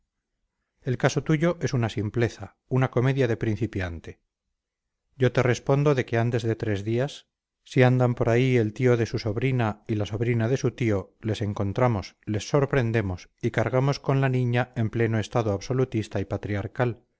el caso tuyo es una simpleza una comedia de principiante yo te respondo de que antes de tres días si andan por aquí el tío de su sobrina y la sobrina de su tío les encontramos les sorprendemos y cargamos con la niña en pleno estado absolutista y patriarcal